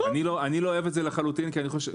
אני לא אוהב את זה לחלוטין כי אני -- כי